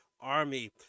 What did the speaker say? army